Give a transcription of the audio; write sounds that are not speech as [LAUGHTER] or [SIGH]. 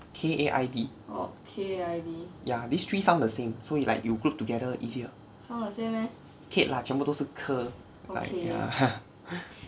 K A I D ya this three sound the same so you like you group together easier K lah 全部都是 ker like ya [LAUGHS]